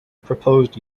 proposed